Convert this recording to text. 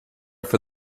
for